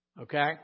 okay